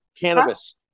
Cannabis